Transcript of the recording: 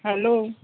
hello